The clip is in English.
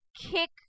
kick